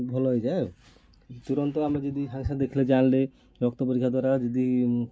ଭଲ ହୋଇଯାଏ ଆଉ ତୁରନ୍ତ ଆମେ ଯଦି ସାଙ୍ଗେ ସାଙ୍ଗେ ଦେଖିଲେ ଜାଣିଲେ ରକ୍ତ ପରୀକ୍ଷା ଦ୍ୱାରା ଯଦି